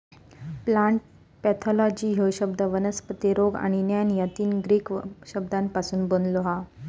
plant pathology ह्यो शब्द वनस्पती रोग आणि ज्ञान या तीन ग्रीक शब्दांपासून बनलो हा